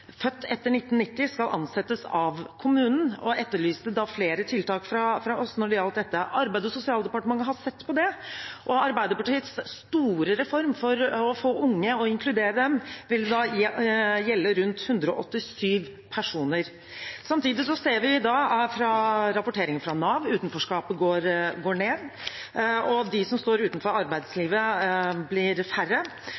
født etter 1990 skal ansettes av kommunen, og etterlyste flere tiltak fra oss når det gjaldt dette. Arbeids- og sosialdepartementet har sett på det, og Arbeiderpartiets store reform for å inkludere unge ville gjelde rundt 187 personer. Samtidig ser vi av rapporteringene fra Nav at utenforskapet går ned, og de som står utenfor